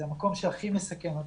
זה המקום שהכי מסכן אותם.